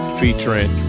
featuring